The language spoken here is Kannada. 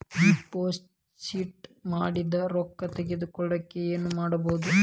ಡಿಪಾಸಿಟ್ ಮಾಡಿದ ರೊಕ್ಕ ತಗೋಳಕ್ಕೆ ಏನು ಮಾಡೋದು?